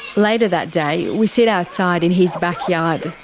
later that day, we sit outside in his backyard,